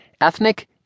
ethnic